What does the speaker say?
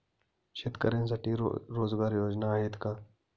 शेतकऱ्यांसाठी रोजगार योजना आहेत का?